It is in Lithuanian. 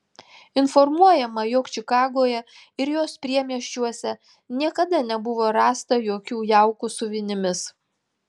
informuojama jog čikagoje ir jos priemiesčiuose niekada nebuvo rasta jokių jaukų su vinimis